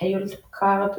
היולט פקארד,